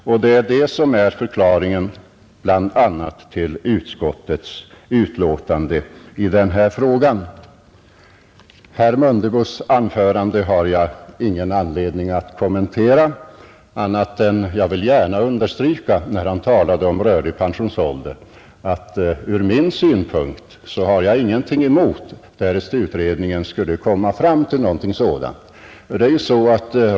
Det är bl.a. detta som är förklaringen till utskottets ställningstagande i den här frågan. Herr Mundebos anförande har jag ingen anledning att kommentera. Jag vill bara understryka vad han sade om en rörlig pensionsålder; jag skulle inte ha någonting att invända, därest utredningen kom fram till något sådant.